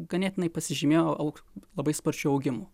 ganėtinai pasižymėjo au labai sparčiu augimu